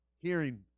Hearing